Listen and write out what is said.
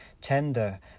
tender